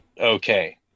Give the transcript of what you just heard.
okay